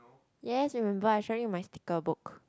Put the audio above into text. yes remember I show you my sticker book